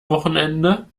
wochenende